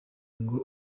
ngo